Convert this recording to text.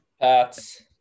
Pats